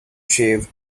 save